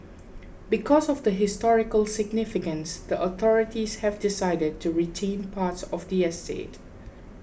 because of the historical significance the authorities have decided to retain parts of the estate